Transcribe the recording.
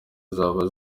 zaba